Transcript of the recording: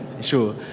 Sure